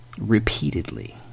repeatedly